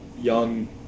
young